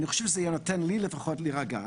אני חושב שזה ייתן לי לפחות להירגע.